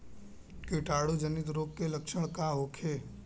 कीटाणु जनित रोग के लक्षण का होखे?